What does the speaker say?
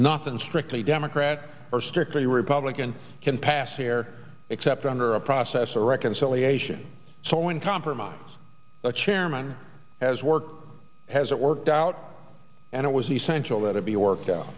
nothing strictly democrat or strictly republican can pass here except under a process of reconciliation so one compromise the chairman has worked has it worked out and it was essential that it be worked out